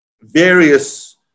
various